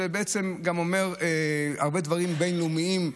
וגם הרבה דברים בין-לאומיים,